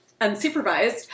unsupervised